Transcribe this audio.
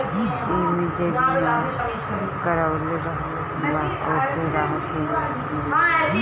एमे जे बीमा करवले रहल बा ओके राहत मिल जाई